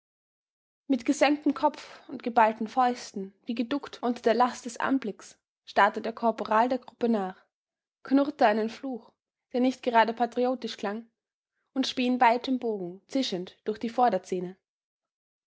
mit gesenktem kopf und geballten fäusten wie geduckt unter der last des anblicks starrte der korporal der gruppe nach knurrte einen fluch der nicht gerade patriotisch klang und spie in weitem bogen zischend durch die vorderzähne